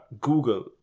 Google